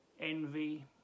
envy